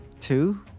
Two